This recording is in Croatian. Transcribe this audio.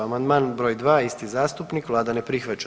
Amandman br. 2, isti zastupnik, Vlada ne prihvaća.